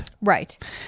Right